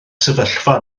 sefyllfa